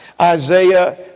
Isaiah